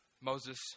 Moses